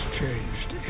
changed